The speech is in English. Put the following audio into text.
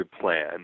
plan